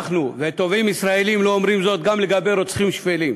אנחנו ותובעים ישראלים לא אומרים זאת גם לגבי רוצחים שפלים.